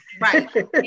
right